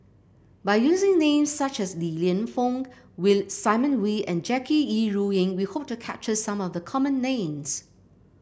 by using names such as Li Lienfung Simon Wee and Jackie Yi Ru Ying we hope to capture some of the common names